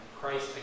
Christ